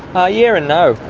ah, yeah and no.